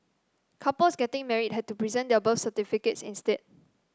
couples getting married had to present their birth certificates instead